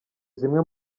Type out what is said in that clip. zimwe